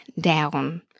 down